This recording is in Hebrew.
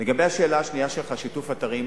לגבי השאלה השנייה שלך, שיתוף אתרים,